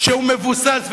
שהוא מבוסס,